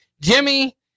Jimmy